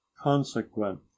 consequent